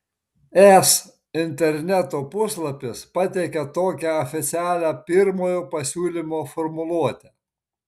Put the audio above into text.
es interneto puslapis pateikia tokią oficialią pirmojo pasiūlymo formuluotę